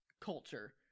culture